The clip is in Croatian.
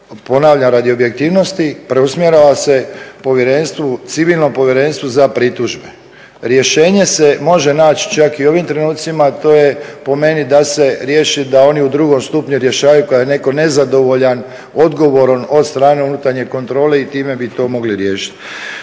ponavljam radi objektivnosti preusmjerava se civilnom Povjerenstvu za pritužbe. Rješenje se može naći čak i u ovim trenucima, to je po meni da se riješi da oni u drugom stupnju rješavaju ako je netko nezadovoljan odgovorom od strane unutarnje kontrole. I time bi to mogli riješiti.